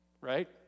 right